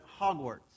Hogwarts